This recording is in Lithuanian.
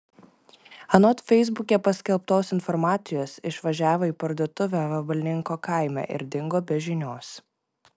anot feisbuke paskelbtos informacijos išvažiavo į parduotuvę vabalninko kaime ir dingo be žinios